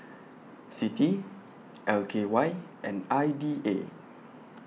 CITI L K Y and I D A